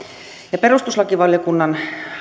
perustuslakivaliokunnan